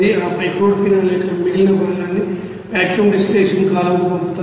ఆపై crude phenol యొక్క మిగిలిన భాగాన్ని వాక్యూమ్ డిస్టిలేషన్ కాలమ్కు పంపుతారు